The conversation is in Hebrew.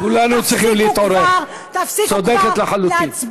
תפסיקו כבר, כולנו צריכים להתעורר, צודקת לחלוטין.